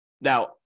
Now